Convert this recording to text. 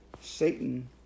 Satan